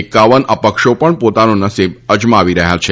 એકાવન અપક્ષો પણ પોતાનું નસીબ અજમાવી રહ્યા છે